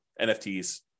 NFTs